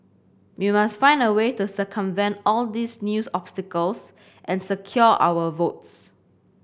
we must find a way to circumvent all these news obstacles and secure our votes